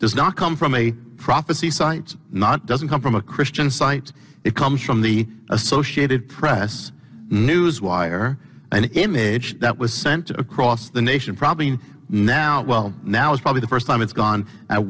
does not come from a prophecy so it's not doesn't come from a christian site it comes from the associated press news wire an image that was sent across the nation probably in now well now is probably the first time it's gone